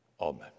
Amen